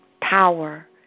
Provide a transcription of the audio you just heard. power